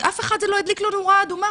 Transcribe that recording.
ולאף אחד זה לא הדליק נורה אדומה.